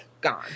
gone